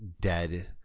dead